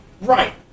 Right